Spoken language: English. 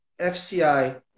FCI